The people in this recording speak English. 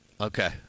Okay